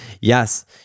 Yes